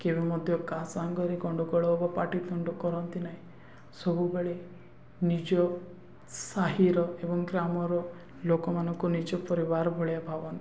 କେବେ ମଧ୍ୟ କାହା ସାଙ୍ଗରେ ଗଣ୍ଡଗୋଳ ବା ପାଟିତୁଣ୍ଡ କରନ୍ତି ନାହିଁ ସବୁବେଳେ ନିଜ ସାହିର ଏବଂ ଗ୍ରାମର ଲୋକମାନଙ୍କୁ ନିଜ ପରିବାର ଭଳିଆ ଭାବନ୍ତି